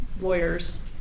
lawyers